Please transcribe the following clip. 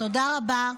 תודה רבה,